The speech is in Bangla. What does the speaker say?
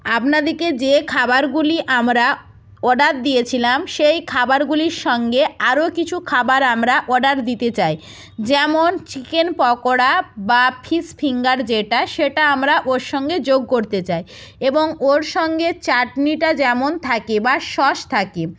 আপনাদিকে যে খাবারগুলি আমরা অর্ডার দিয়েছিলাম সেই খাবারগুলির সঙ্গে আরো কিছু খাবার আমরা অর্ডার দিতে চাই যেমন চিকেন পকোড়া বা ফিস ফিঙ্গার যেটা সেটা আমরা ওর সঙ্গে যোগ করতে চাই এবং ওর সঙ্গে চাটনিটা যেমন থাকে বা সস থাকে